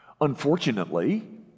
unfortunately